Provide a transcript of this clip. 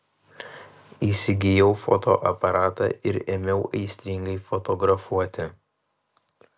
įsigijau fotoaparatą ir ėmiau aistringai fotografuoti